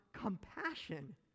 compassion